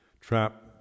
trap